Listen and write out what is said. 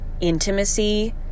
intimacy